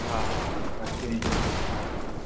हा हा आं